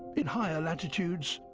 in higher latitudes,